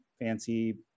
fancy